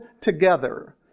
together